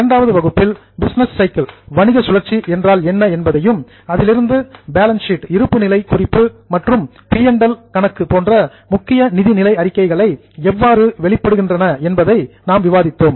இரண்டாவது வகுப்பில் business cycle வணிக சுழற்சி என்றால் என்ன என்பதையும் அதிலிருந்து பேலன்ஸ் ஷீட் இருப்பு நிலை குறிப்பு மற்றும் P and L account P மற்றும் எல் கணக்கு போன்ற முக்கிய நிதிநிலை அறிக்கைகள் எவ்வாறு எமர்ஜஸ் வெளிப்படுகின்றன என்பதையும் நாம் விவாதித்தோம்